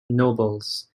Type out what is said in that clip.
nobles